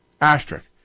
asterisk